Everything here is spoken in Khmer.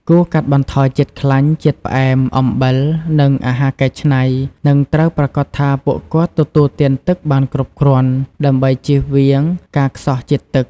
គួរកាត់បន្ថយជាតិខ្លាញ់ ជាតិផ្អែម អំបិល និងអាហារកែច្នៃ និងត្រូវប្រាកដថាពួកគាត់ទទួលទានទឹកបានគ្រប់គ្រាន់ ដើម្បីជៀសវាងការខ្សោះជាតិទឹក។